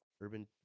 urban